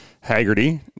Haggerty